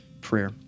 prayer